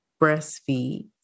breastfeed